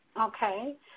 Okay